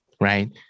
right